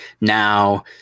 now